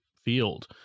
field